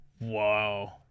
Wow